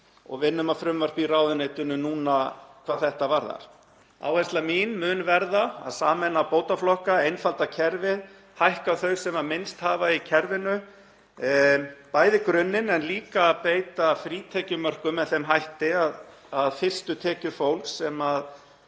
og vinnum að frumvarpi í ráðuneytinu núna hvað þetta varðar. Áhersla mín mun verða á að sameina bótaflokka, einfalda kerfið, hækka þau sem minnst hafa í kerfinu, bæði grunninn en líka beita frítekjumörkum með þeim hætti að fyrstu tekjur fólks sem það